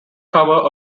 cover